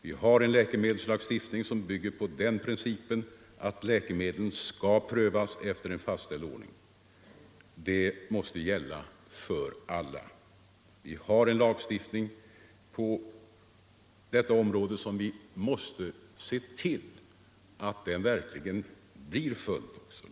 Vi har en läkemedelslagstiftning som bygger på den principen att läkemedlen skall prövas efter en fastställd ordning. Det måste gälla för alla. Vi har alltså en lagstiftning på området, och vi måste se till att den verkligen följs.